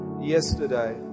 yesterday